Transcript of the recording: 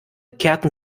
kehrten